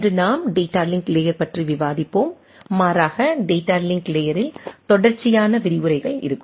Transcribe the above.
இன்று நாம் data link layer பற்றி விவாதிப்போம் மாறாக டேட்டா லிங்க் லேயரில் தொடர்ச்சியான விரிவுரைகள் இருக்கும்